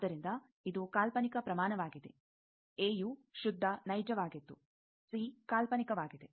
ಆದ್ದರಿಂದ ಇದು ಕಾಲ್ಪನಿಕ ಪ್ರಮಾಣವಾಗಿದೆ ಎಯು ಶುದ್ಧ ನೈಜವಾಗಿತ್ತು ಸಿ ಕಾಲ್ಪನಿಕವಾಗಿದೆ